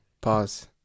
Pause